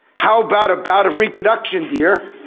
how about a bout of reproduction dear?